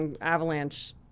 avalanche